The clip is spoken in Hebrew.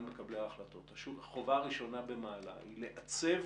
מקבלי ההחלטות החובה הראשונה במעלה היא לעצב